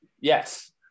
Yes